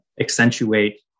accentuate